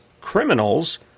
criminals